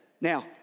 Now